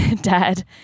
dad